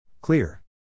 Clear